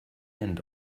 end